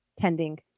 tending